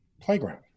playground